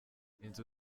inzu